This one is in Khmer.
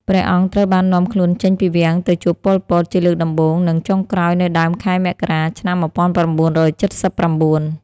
ព្រះអង្គត្រូវបាននាំខ្លួនចេញពីវាំងទៅជួប ប៉ុល ពត ជាលើកដំបូង និងចុងក្រោយនៅដើមខែមករា ឆ្នាំ១៩៧៩។